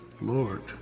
Lord